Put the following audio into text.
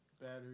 Battery